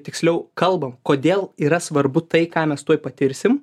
tiksliau kalbam kodėl yra svarbu tai ką mes tuoj patirsim